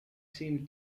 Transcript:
seem